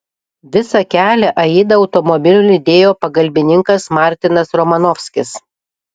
visą kelią aidą automobiliu lydėjo pagalbininkas martinas romanovskis